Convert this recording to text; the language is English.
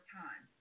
time